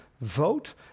vote